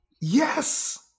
yes